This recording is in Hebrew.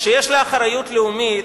שיש לה אחריות לאומית,